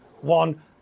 one